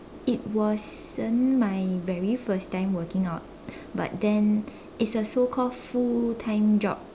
it wasn't my very first time working out but then it's a so called full time job